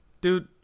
Dude